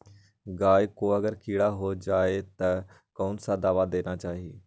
गाय को अगर कीड़ा हो जाय तो कौन सा दवा देना चाहिए?